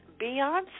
Beyonce